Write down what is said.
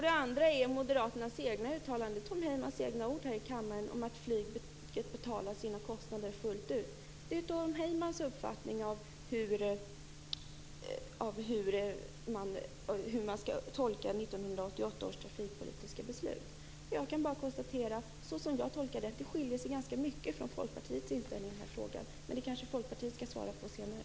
Det andra är moderaternas egna uttalanden, Tom Heymans egna ord här i kammaren, om att flyget betalar sina kostnader fullt ut. Det är Tom Heymans uppfattning av hur man skall tolka 1988 års trafikpolitiska beslut. Jag kan bara konstatera att det, som jag tolkar det, skiljer sig ganska mycket från Folkpartiets inställning i den här frågan. Men det kanske Folkpartiet skall svara på senare.